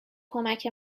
کمک